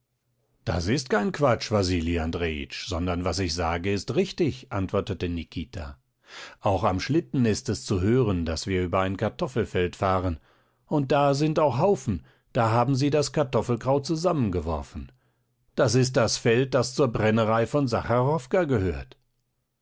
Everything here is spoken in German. das ist kein quatsch wasili andrejitsch sondern was ich sage ist richtig antwortete nikita auch am schlitten ist es zu hören daß wir über ein kartoffelfeld fahren und da sind auch haufen da haben sie das kartoffelkraut zusammengeworfen das ist das feld das zur brennerei von sacharowka gehört